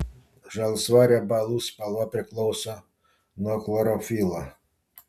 žalsva riebalų spalva priklauso nuo chlorofilo